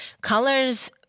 Colors